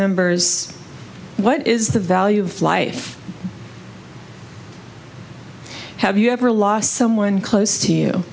members what is the value of life have you ever lost someone close to you